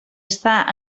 està